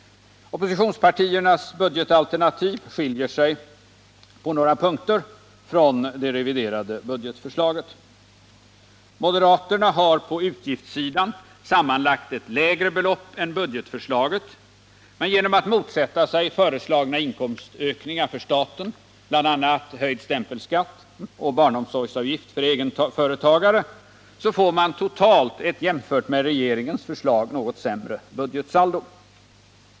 Oppositionspartiernas budgetalternativ skiljer sig på några punkter från det reviderade budgetförslaget. Moderaterna har på utgiftssidan sammanlagt ett lägre belopp än budgetförslaget, men genom att motsätta sig föreslagna inkomstökningar för staten — bl.a. höjd stämpelskatt och barnomsorgsavgift för egenföretagare — får man totalt ett jämfört med regeringens förslag något sämre budgetsaldo.